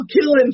killing